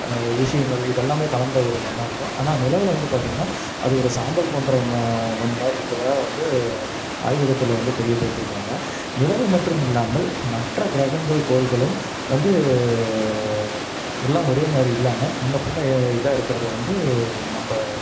விஷயங்கள் இதெல்லாமே கலந்த ஒரு மண்ணாக இருக்கும் ஆனால் நிலவில் வந்து பார்த்திங்கன்னா அது ஒரு சாம்பல் போன்ற ம மண்மாதிரி இருக்கதாக வந்து ஆய்வகத்தில் வந்து தெரியப்படுத்திருக்காங்க நிலவு மட்டும் இல்லாமல் மற்ற கிரகங்கள் கோள்களும் வந்து எல்லாம் ஒரேமாதிரி இல்லாமல் முன்னப்பின்ன இதாக இருக்கிறது வந்து நம்ம